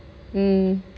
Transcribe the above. mm